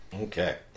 Okay